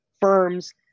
firms